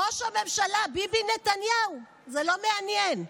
את ראש הממשלה ביבי נתניהו זה לא מעניין.